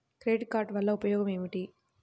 Credit card వల్ల ఉపయోగం ఏమిటీ?